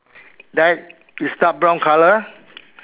that is dark brown colour